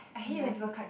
I'm like